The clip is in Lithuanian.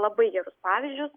labai gerus pavyzdžius